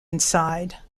inside